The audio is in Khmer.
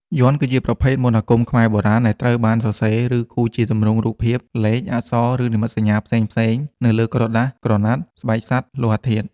យ័ន្ត គឺជាប្រភេទមន្តអាគមខ្មែរបុរាណ ដែលត្រូវបានសរសេរ ឬគូរជាទម្រង់រូបភាព លេខ អក្សរ ឬនិមិត្តសញ្ញាផ្សេងៗនៅលើក្រដាស ក្រណាត់ ស្បែកសត្វ លោហៈធាតុ។